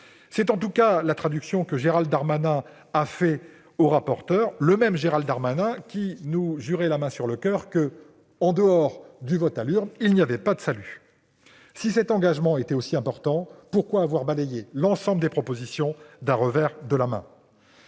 C'est en tout cas la traduction que Gérald Darmanin en a faite devant le rapporteur, le même Gérald Darmanin qui nous jurait la main sur le coeur que, en dehors du vote à l'urne, il n'y avait pas de salut ! Si cet engagement était aussi important, alors pourquoi avoir balayé l'ensemble des propositions du revers de la main ?